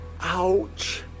Ouch